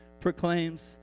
proclaims